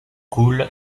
coule